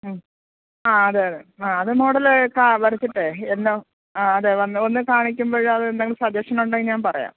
ആ അതെ അതെ ആ അത് മോഡല് വരച്ചിട്ടേ എന്ന ആ അതെ വന്ന് ഒന്ന് കാണിക്കുമ്പോള് അതെന്തെങ്കിലും സജഷനുണ്ടെങ്കില് ഞാൻ പറയാം